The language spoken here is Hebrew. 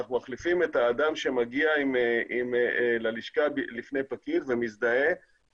אנחנו מחליפים את האדם שמגיע ללשכה לפני פקיד ומזדהה.